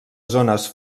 zones